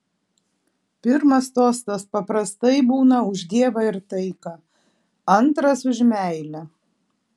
pirmas tostas paprastai būna už dievą ir taiką antras už meilę